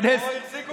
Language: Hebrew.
תיכנס,